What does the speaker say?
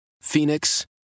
phoenix